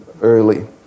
early